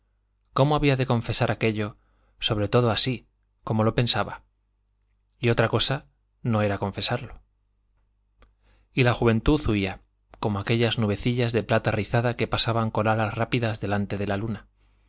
cómo había de confesar aquello sobre todo así como lo pensaba y otra cosa no era confesarlo y la juventud huía como aquellas nubecillas de plata rizada que pasaban con alas rápidas delante de la luna